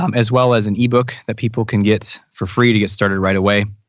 um as well as an e-book that people can get for free to get started right away.